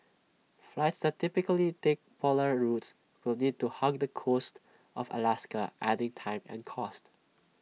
flights that typically take polar routes will need to hug the coast of Alaska adding time and cost